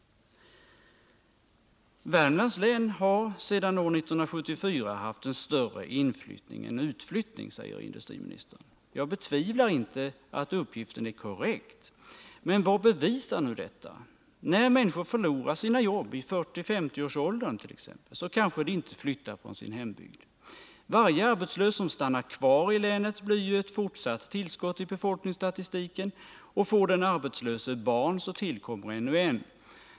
Värmlands län har sedan år 1974 haft en större inflyttning än utflyttning, säger industriministern. Jag betvivlar inte att uppgiften är korrekt. Men vad bevisar nu detta? När människor förlorar sina jobb i 40-50-årsåldern t.ex. kanske de inte flyttar från sin hembygd. Varje arbetslös som stannar kvar i länet blir ju ett fortsatt tillskott i befolkningsstatistiken, och får den arbetslöse barn så tillkommer ännu en.